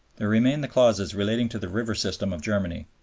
there remain the clauses relating to the river system of germany.